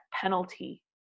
penalty